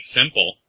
simple